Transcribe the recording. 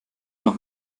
noch